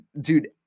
dude